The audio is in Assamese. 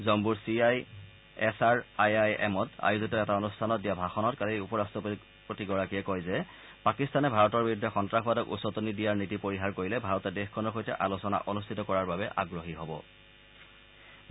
জম্মুৰ C I S R I I I I এমত আয়োজিত এটা অনুষ্ঠানত দিয়া ভাষণত উপ ৰাট্টপতিগৰাকীয়ে কয় যে পাকিস্তানে ভাৰতৰ বিৰুদ্ধে সন্তাসবাদক উচটনি দিয়াৰ নীতি পৰিহাৰ কৰিলে ভাৰতে দেশখনৰ সৈতে আলোচনা অনুষ্ঠিত কৰাৰ বাবে আগ্ৰহী হ'ব